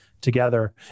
together